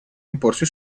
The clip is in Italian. imporsi